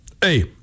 hey